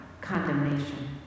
condemnation